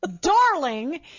darling